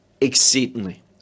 exceedingly